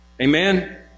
Amen